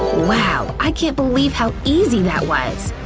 wow! i can't believe how easy that was!